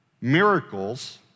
Miracles